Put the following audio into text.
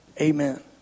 Amen